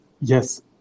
Yes